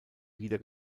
wieder